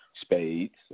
spades